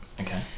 Okay